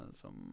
som